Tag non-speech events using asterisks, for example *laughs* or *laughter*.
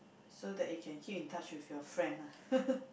so that it can keep in touch with your friend lah *laughs*